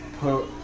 put